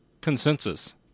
Consensus